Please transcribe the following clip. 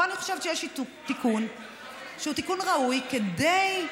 פה אני חושבת שיש תיקון שהוא תיקון ראוי, כדי,